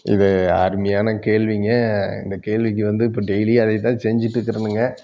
இது அருமையான கேள்விங்க இந்த கேள்விக்கு வந்து இப்போ டெய்லி அதேதான் செஞ்சிகிட்ருக்குறேனுங்க